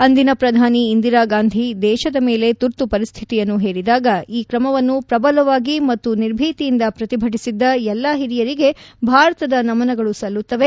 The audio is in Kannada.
ಅಂದಿನ ಪ್ರಧಾನಿ ಇಂದಿರಾ ಗಾಂಧಿ ದೇಶದ ಮೇಲೆ ತುರ್ತು ಪರಿಸ್ಥಿತಿಯನ್ನು ಹೇರಿದಾಗ ಈ ಕ್ರಮವನ್ನು ಪ್ರಬಲವಾಗಿ ಮತ್ತು ನಿರ್ಭೀತಿಯಿಂದ ಪ್ರತಿಭಟಿಸಿದ್ದ ಎಲ್ಲಾ ಹಿರಿಯರಿಗೆ ಭಾರತದ ನಮನಗಳು ಸಲ್ಲುತ್ತವೆ